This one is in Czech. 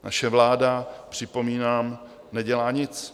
Naše vláda, připomínám, nedělá nic.